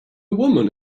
woman